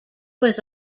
was